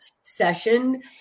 session